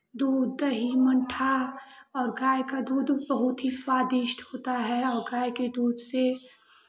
दूध दही मट्ठा और गाय का दूध बहुत ही स्वादिष्ट होता है और गाय के दूध से